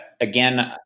again